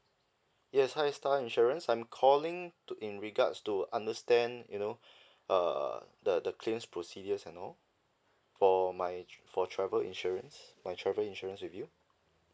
yes hi star insurance I'm calling to in regards to understand you know err the the claims procedures and all for my for travel insurance my travel insurance with you